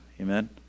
Amen